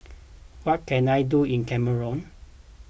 what can I do in Cameroon